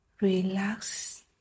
Relax